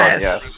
Yes